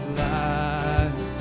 life